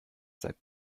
seit